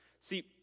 See